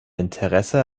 interesse